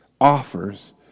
offers